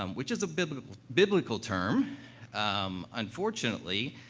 um which is a biblical biblical term um, unfortunately,